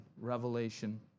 revelation